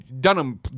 Dunham